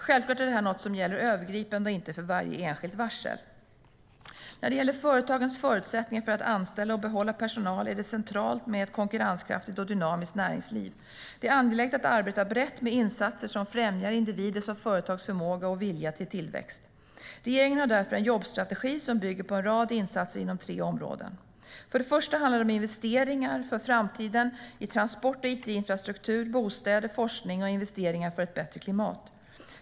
Självklart är det här något som gäller övergripande och inte för varje enskilt varsel. När det gäller företagens förutsättningar för att anställa och behålla personal är det centralt med ett konkurrenskraftigt och dynamiskt näringsliv. Det är angeläget att arbeta brett med insatser som främjar individers och företags förmåga och vilja till tillväxt. Regeringen har därför en jobbstrategi som bygger på en rad insatser inom tre områden. För det första handlar det om investeringar för framtiden i transport och it-infrastruktur, bostäder, forskning och ett bättre klimat.